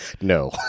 No